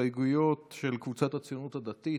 הסתייגויות של קבוצת סיעת הציונות הדתית,